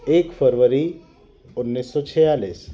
एक फरवरी उन्नीस सौ छियालीस